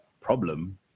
problem